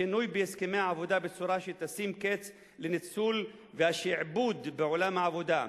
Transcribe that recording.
שינוי בהסכמי העבודה בצורה שתשים קץ לניצול ולשעבוד בעולם העבודה,